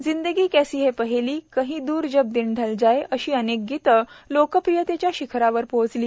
जिंदगी कैसी है पहेली कहीं दूर जब दिन ढल जाए अशी अनेक गीतं लोकप्रियतेच्या शिखरावर पोहोचली